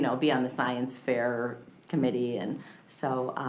so be on the science fair committee, and so,